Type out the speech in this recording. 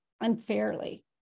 unfairly